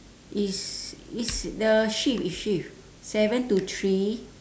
it's it's the shift it's shift seven to three